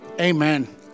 Amen